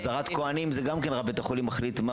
אזהרת כוהנים זה גם כן רב בית החולים מחליט מה